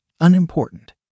unimportant